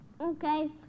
Okay